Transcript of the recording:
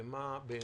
ומה השוני,